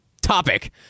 topic